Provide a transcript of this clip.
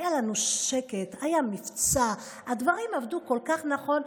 היה לנו שקט, היה מבצע, הדברים עבדו כל כך נכון.